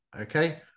Okay